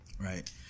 Right